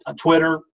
Twitter